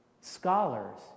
scholars